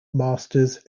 masters